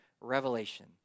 revelation